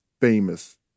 famous